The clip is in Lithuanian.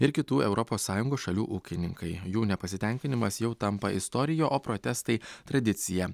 ir kitų europos sąjungos šalių ūkininkai jų nepasitenkinimas jau tampa istorija o protestai tradicija